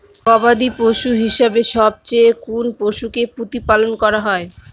গবাদী পশু হিসেবে সবচেয়ে কোন পশুকে প্রতিপালন করা হয়?